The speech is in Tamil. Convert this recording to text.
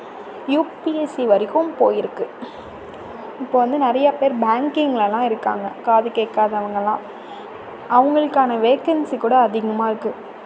யுபிஎஸ்சி வரைக்கும் போய்ருக்கு இப்போ வந்து நிறையா பேர் பேங்கிங்குலலாம் இருக்காங்க காது கேட்காதவங்கள்லாம் அவங்களுக்கான வேக்கன்ஸி கூட அதிகமாக இருக்குது